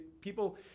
people